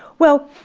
well,